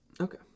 Okay